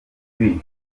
lee